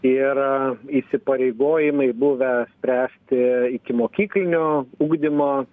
yra įsipareigojimai buvę spręsti ikimokyklinio ugdymo